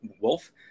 Wolf